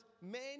men